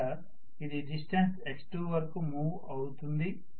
బహుశా ఇది distance x2 వరకు మూవ్ అవుతుంది